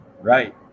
Right